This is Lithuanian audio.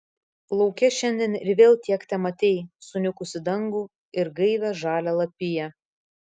lauke šiandien ir vėl tiek tematei suniukusį dangų ir gaivią žalią lapiją